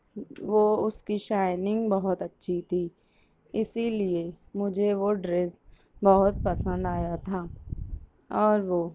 وہ اس کی شائننگ بہت اچھی تھی اسی لیے مجھے وہ ڈریس بہت پسند آیا تھا اور وہ